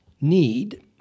need